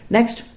Next